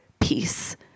peace